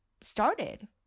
started